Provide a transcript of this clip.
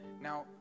Now